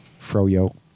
Froyo